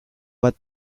bat